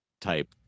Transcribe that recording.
type